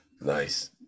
nice